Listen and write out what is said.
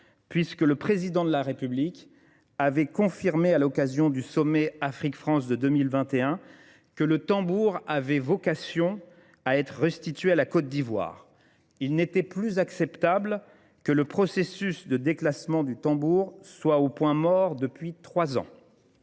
puisque le président de la République avait confirmé à l'occasion du sommet Afrique-France de 2021 que le Tambour avait vocation à être restitué à la Côte d'Ivoire. Il n'était plus acceptable que le processus de déclassement du Tambour soit au point mort depuis trois ans.